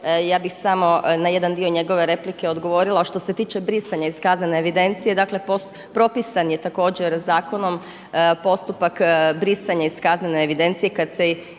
ja bih samo na jedan dio njegove replike odgovorila. A što se tiče brisanja iz kaznene evidencije, dakle propisan je također zakonom postupak brisanja iz kaznene evidencije kad se ispune